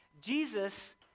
Jesus